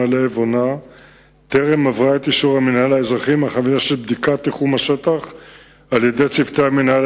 3. מה ייעשה כדי לבחון הכנסת תיקונים בחוק השיפוט הצבאי?